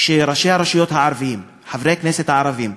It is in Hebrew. שראשי הרשויות הערבים, חברי הכנסת הערבים,